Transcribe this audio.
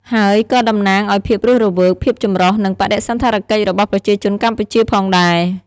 ហើយក៏តំណាងឱ្យភាពរស់រវើក ភាពចម្រុះ និងបដិសណ្ឋារកិច្ចរបស់ប្រជាជនកម្ពុជាផងដែរ។